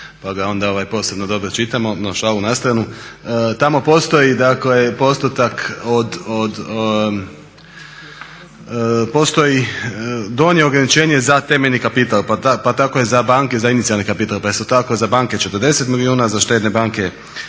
pa da onda posebno dobro čitamo. No šalu na stranu. Tamo postoji postotak od postoji donje ograničenje za temeljni kapital pa tako je za banke za inicijalni kapital pa su tako za banke 40 milijuna, za štedne banke